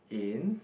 in